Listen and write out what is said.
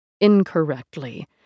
incorrectly